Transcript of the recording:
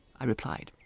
i replied.